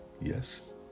yes